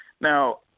Now